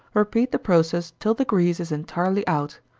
repeat the process till the grease is entirely out.